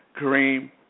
Kareem